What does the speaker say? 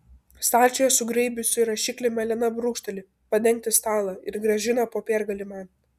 stalčiuje sugraibiusi rašiklį melena brūkšteli padengti stalą ir grąžina popiergalį man